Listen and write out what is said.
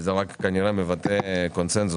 זה רק כנראה מבטא קונצנזוס